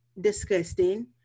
disgusting